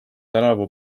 tänavu